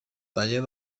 taller